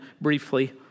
briefly